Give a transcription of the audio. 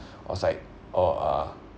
was like oh uh